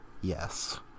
Yes